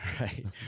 right